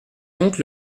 donc